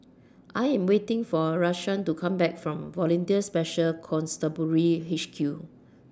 I Am waiting For Rashawn to Come Back from Volunteer Special Constabulary H Q